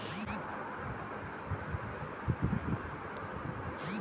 लकड़ी के काट के ओसे बल्ली आउर पटरा बनावल जात रहल